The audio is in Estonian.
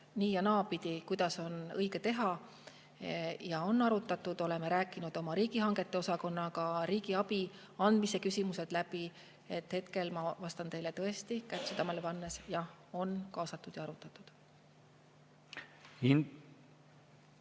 nii- ja naapidi, kuidas on õige teha. Seda on arutatud. Oleme rääkinud oma riigihangete osakonnaga riigiabi andmise küsimused läbi. Hetkel ma vastan teile tõesti kätt südamele pannes: jah, on kaasatud ja arutatud.